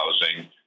housing